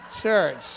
church